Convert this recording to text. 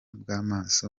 bw’amaso